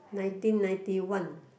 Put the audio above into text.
nineteen ninety one